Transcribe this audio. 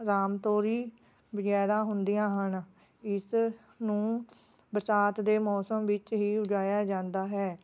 ਰਾਮ ਤੋਰੀ ਵਗੈਰਾ ਹੁੰਦੀਆਂ ਹਨ ਇਸਨੂੰ ਬਰਸਾਤ ਦੇ ਮੌਸਮ ਵਿੱਚ ਹੀ ਉਗਾਇਆ ਜਾਂਦਾ ਹੈ